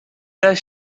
does